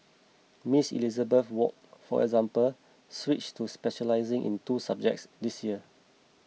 Miss Elizabeth Wok for example switched to specialising in two subjects this year